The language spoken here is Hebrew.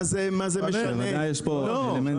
מה זה משנה לעובד?